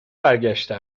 برگشته